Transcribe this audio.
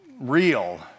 real